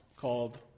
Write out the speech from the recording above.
called